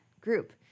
group